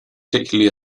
particularly